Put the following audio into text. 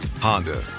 Honda